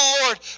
Lord